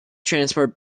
transport